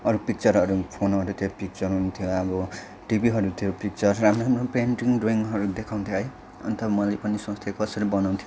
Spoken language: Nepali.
अरूको पिक्चरहरू फोनहरूतिर पिक्चर हुन्थ्यो अब टिभीहरू थियो पिक्चर राम्रो राम्रो पेन्टिङ ड्रइङरू देखाउँथ्यो है अन्त मैले पनि सोच्थेँ कसरी बनाउँथ्यो होला